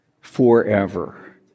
forever